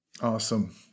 Awesome